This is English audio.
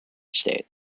state